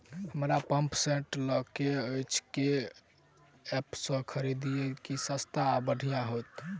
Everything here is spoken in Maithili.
हमरा पंप सेट लय केँ अछि केँ ऐप सँ खरिदियै की सस्ता आ बढ़िया हेतइ?